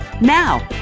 Now